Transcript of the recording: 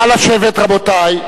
נא לשבת, רבותי.